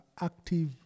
active